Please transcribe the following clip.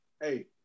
hey